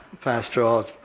Pastor